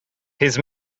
his